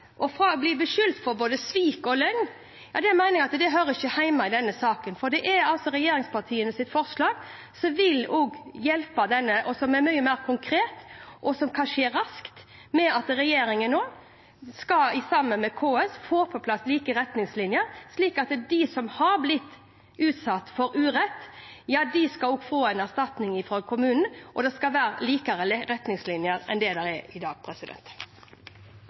og bli beskyldt for både svik og løgn, mener jeg ikke hører hjemme i denne saken. For regjeringspartienes forslag vil hjelpe disse, er mye mer konkret og kan skje raskt – regjeringen skal nå sammen med KS få på plass like retningslinjer, slik at de som har blitt utsatt for urett, skal få erstatning fra kommunene, og det skal være likere retningslinjer enn det er i dag.